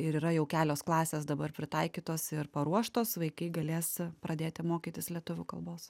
ir yra jau kelios klasės dabar pritaikytos ir paruoštos vaikai galės pradėti mokytis lietuvių kalbos